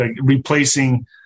Replacing